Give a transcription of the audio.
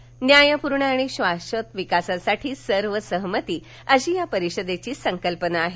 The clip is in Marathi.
न्यायपूर्ण आणि शाधत विकासासाठी सर्व सहमती अशी या परिषदेची संकल्पना आहे